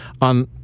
on